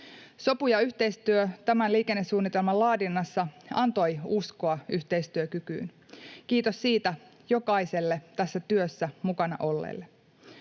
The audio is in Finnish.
Sopu ja yhteistyö tämän liikennesuunnitelman laadinnassa antoi uskoa yhteistyökykyyn. Kiitos siitä jokaiselle tässä työssä mukana olleelle.